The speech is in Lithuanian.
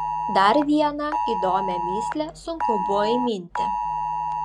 dar vieną įdomią mįslę sunku buvo įminti